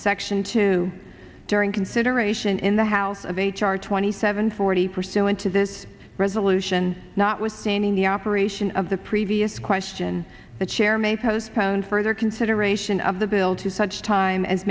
section two during consideration in the house of h r twenty seven forty pursuant to this resolution notwithstanding the operation of the previous question the chair may postpone further consideration of the bill to such time as